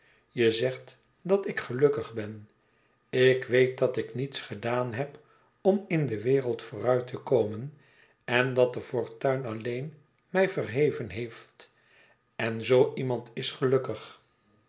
je zegt dat ik gelukkig ben ik weet dat ik niets gedaan heb om in de wereld vooruit te komen en dat de fortuin alleen mij verheven heeft en zoo iemand is gelukkig